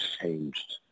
changed